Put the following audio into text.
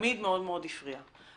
תמיד מאוד-מאוד הפריע.